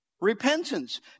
repentance